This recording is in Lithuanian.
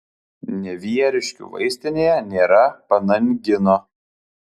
nevieriškių vaistinėje nėra panangino